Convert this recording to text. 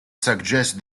suggest